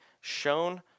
shown